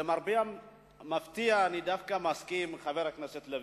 למרבה ההפתעה אני דווקא מסכים עם חבר הכנסת לוין.